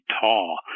tall